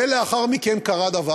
ולאחר מכן קרה דבר,